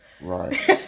Right